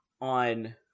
on